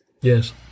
Yes